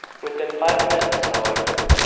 within five minutes, however,